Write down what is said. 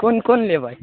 कोन कोन लेबै